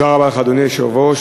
אדוני היושב-ראש,